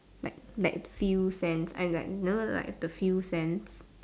like like few cents and then it's like you know like the few cents